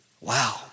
Wow